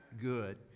Good